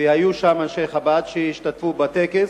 והיו שם אנשי חב"ד שהשתתפו בטקס.